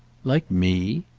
like me?